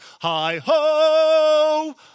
Hi-ho